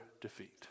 defeat